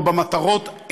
לא במטרות.